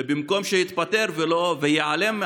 ובמקום שיתפטר וייעלם,